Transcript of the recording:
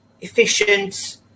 efficient